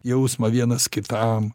jausmą vienas kitam